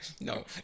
No